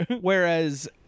whereas